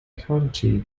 county